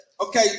Okay